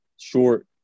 short